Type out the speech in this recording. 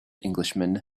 englishman